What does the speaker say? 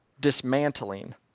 dismantling